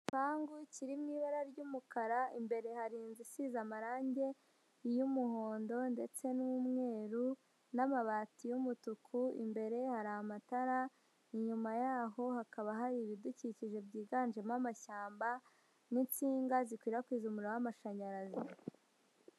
Igipangu kiri mu ibara ry'umukara, imbere hari inzu isize amarangi y'umuhondo ndetse n'umweru n'amabati y'umutuku, imbere hari amatara, inyuma yaho hakaba hari ibidukikije byiganjemo amashyamba n'insinga zikwirakwiza umuriro w'amashanyarazi.